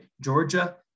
Georgia